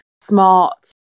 smart